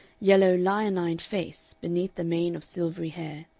yellow, leonine face beneath the mane of silvery hair.